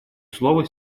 слово